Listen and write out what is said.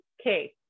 Okay